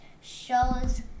shows